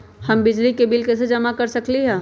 हम बिजली के बिल कईसे जमा कर सकली ह?